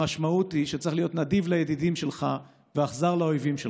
המשמעות היא שצריך להיות נדיב לידידים שלך ואכזר לאויבים שלך.